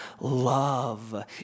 Love